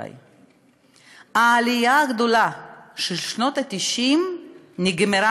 רבותי: העלייה הגדולה של שנות ה-90 נגמרה.